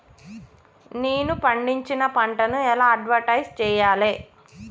నేను పండించిన పంటను ఎలా అడ్వటైస్ చెయ్యాలే?